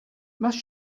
must